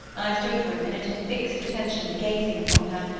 i stood for a minute in fixed attention, gazing upon her,